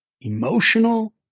emotional